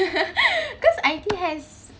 cause iTea has